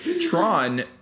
Tron